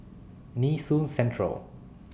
Nee Soon Central